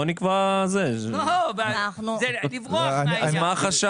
זה לברוח מהעניין.